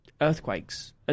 earthquakes